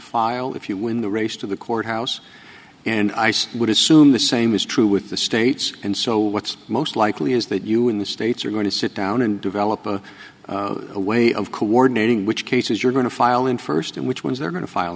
file if you win the race to the courthouse and ice would assume the same is true with the states and so what's most likely is that you in the states are going to sit down and develop a way of coordinating which cases you're going to file in first and which ones they're going to file